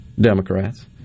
Democrats